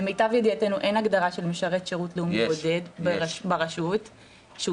למיטב ידיעתנו אין הגדרה של משרת שירות לאומי בודד ברשות שאושרה